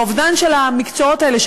לאובדן של המקצועות האלה,